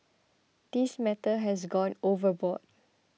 this matter has gone overboard